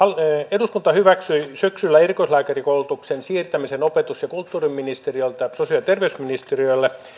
eduskunta hyväksyi syksyllä erikoislääkärikoulutuksen siirtämisen opetus ja kulttuuriministeriöltä sosiaali ja terveysministeriölle